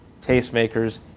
tastemakers